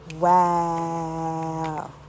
Wow